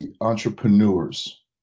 entrepreneurs